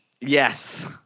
Yes